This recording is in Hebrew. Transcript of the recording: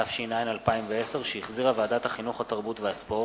התש"ע 2010, שהחזירה ועדת החינוך, התרבות והספורט.